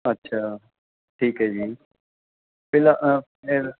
ਅੱਛਾ ਠੀਕ ਹੈ ਜੀ ਫਿਲ ਫਿਰ